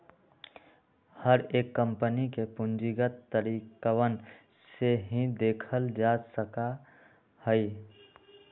हर एक कम्पनी के पूंजीगत तरीकवन से ही देखल जा सका हई